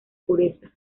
pureza